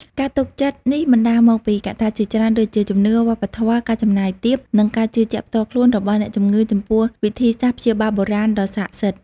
ការទុកចិត្តនេះបណ្តាលមកពីកត្តាជាច្រើនដូចជា ជំនឿ វប្បធម៌ ការចំណាយទាប និងការជឿជាក់ផ្ទាល់ខ្លួនរបស់អ្នកជំងឺចំពោះវិធីសាស្ត្រព្យាបាលបុរាណដ៏ស័ក្តិសិទ្ធិ។